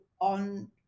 on